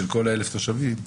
של כל ה-1,000 התושבים?